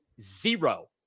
zero